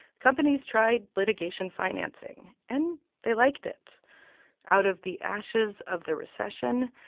companies tried litigation financing, and they liked it out of the ashes of the recession,